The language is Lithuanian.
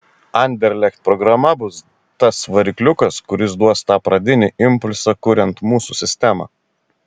anderlecht programa bus tas varikliukas kuris duos tą pradinį impulsą kuriant mūsų sistemą